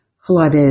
flooded